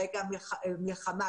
ברגע מלחמה,